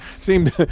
seemed